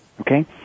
okay